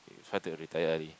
try to retire early